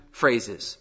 phrases